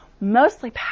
mostly